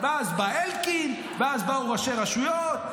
ואז בא אלקין ואז באו ראשי רשויות.